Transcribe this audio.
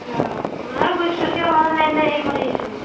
অঁ ময়ো বিশ্ৱাসে হোৱা নাই এনে হেৰি কৰিছোঁ